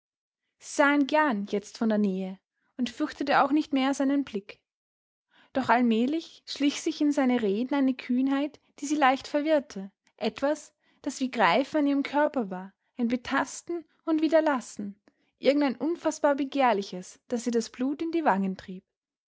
sie sah ihn gern jetzt von der nähe und fürchtete auch nicht mehr seinen blick doch allmählich schlich sich in seine reden eine kühnheit die sie leicht verwirrte etwas das wie greifen an ihrem körper war ein betasten und wieder lassen irgendein unfaßbar begehrliches das ihr das blut in die wangen trieb